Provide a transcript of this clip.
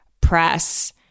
press